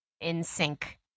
in-sync